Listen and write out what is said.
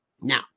Now